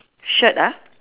shirt ah